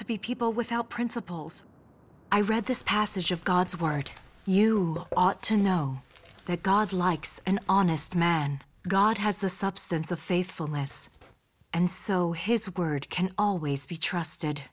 to be people without principles i read this passage of god's word you ought to know that god likes and honest man god has the substance of faithfulness and so his word can always be trusted